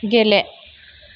गेले